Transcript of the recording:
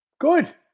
Good